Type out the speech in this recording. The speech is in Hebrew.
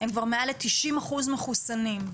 כבר מעל 90% מחוסנים.